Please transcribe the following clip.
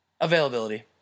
availability